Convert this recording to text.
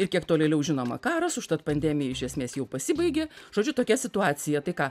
ir kiek tolėliau žinoma karas užtat pandemija iš esmės jau pasibaigė žodžiu tokia situacija tai ką